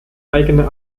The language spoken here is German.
eigene